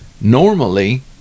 normally